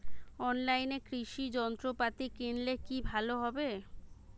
অনলাইনে কৃষি যন্ত্রপাতি কিনলে কি ভালো হবে?